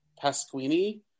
Pasquini